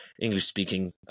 English-speaking